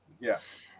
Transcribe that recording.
Yes